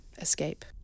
escape